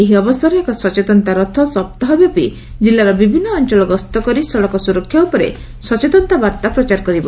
ଏହି ଅବସରରେ ଏକ ସଚେତନତା ରଥ ସପ୍ତାହ ବ୍ୟାପି ଜିଲ୍ଲାର ବିଭିନ୍ନ ଅଞ୍ଚଳ ଗସ୍ତ କରି ସଡ଼କ ସୁରକ୍ଷା ଉପରେ ସଚେତନତା ବାର୍ତ୍ତା କରିବ